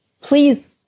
please